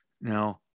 Now